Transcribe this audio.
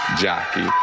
jockey